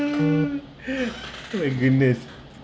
oh my goodness